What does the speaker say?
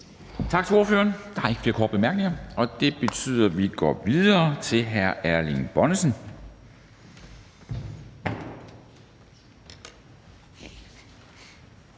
Tak til ordføreren. Der er ikke flere korte bemærkninger, og det betyder, at vi går videre til hr. Erling Bonnesen,